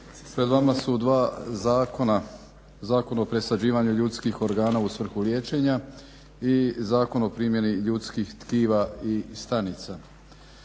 Pred vama su dva zakona – Zakon o presađivanju ljudskih organa u svrhu liječenja i Zakon o primjeni ljudskih tkiva i stanica.